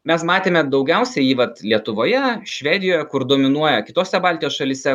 mes matėme daugiausia jį vat lietuvoje švedijoje kur dominuoja kitose baltijos šalyse